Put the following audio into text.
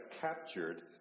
captured